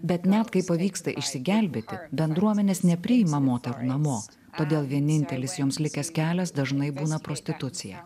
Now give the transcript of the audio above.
bet net kai pavyksta išsigelbėti bendruomenės nepriima moterų namo todėl vienintelis joms likęs kelias dažnai būna prostitucija